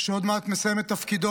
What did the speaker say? שעוד מעט מסיים את תפקידו,